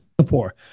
Singapore